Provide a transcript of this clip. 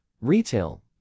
retail